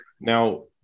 Now